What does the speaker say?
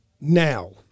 now